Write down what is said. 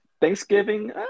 Thanksgiving